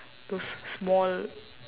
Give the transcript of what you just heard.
those small